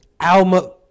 Alma